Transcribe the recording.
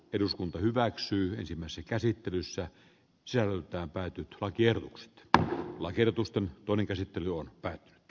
eduskunta hyväksyisimmässä käsittelyssä selkään päätetyt lakiehdotukset ja lakertusta toinen käsittely on päättynyt